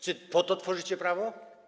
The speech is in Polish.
Czy po to tworzycie prawo?